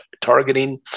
targeting